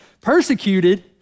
persecuted